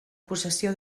possessió